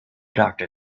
doctor